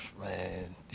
Man